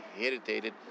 irritated